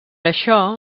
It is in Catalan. això